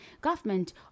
government